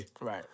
Right